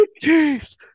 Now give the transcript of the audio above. Chiefs